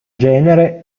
genere